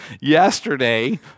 yesterday